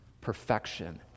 perfection